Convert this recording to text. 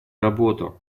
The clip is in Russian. работу